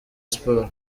sports